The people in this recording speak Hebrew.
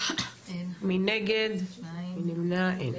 נגד, 2 נמנעים, אין